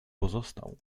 pozostał